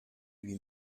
lui